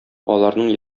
аларның